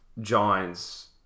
Giants